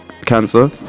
cancer